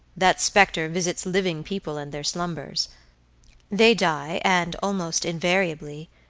that specter visits living people in their slumbers they die, and almost invariably,